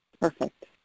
Perfect